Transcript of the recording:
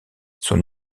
son